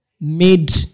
made